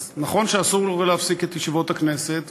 אז נכון שאסור להפסיק את דיוני הכנסת,